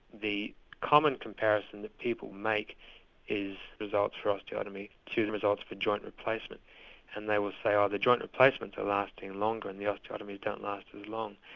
the common comparison that people make is results for osteotomy to the results for joint replacement and they will say oh, the joint replacements are lasting longer and the osteotomy doesn't last as long.